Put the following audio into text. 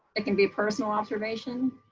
it can be personal observations